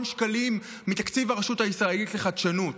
שקלים מתקציב הרשות הישראלית לחדשנות.